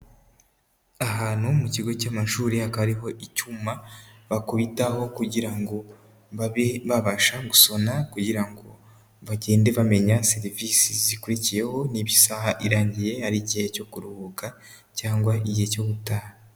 Ahantu mu kigo cy'amashuri, hakaba hariho icyuma bakubitaho kugira ngo babe babasha gusona kugira ngo bagende bamenya serivisi zikurikiyeho, niba isaha irangiye ari igihe cyo kuruhuka cyangwa igihe cyo gutaha.